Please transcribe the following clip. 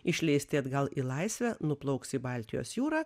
išleisti atgal į laisvę nuplauks į baltijos jūrą